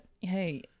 hey